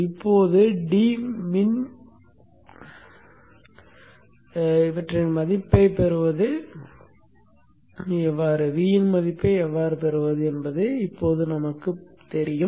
இப்போது dmin இன் மதிப்பை எவ்வாறு பெறுவது Vo இன் மதிப்பை எவ்வாறு பெறுவது என்பது இப்போது நமக்குத் தெரியும்